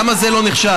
למה זה לא נחשב?